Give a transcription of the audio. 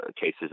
cases